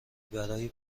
برای